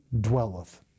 dwelleth